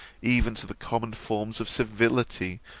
even to the common forms of civility!